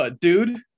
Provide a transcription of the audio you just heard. dude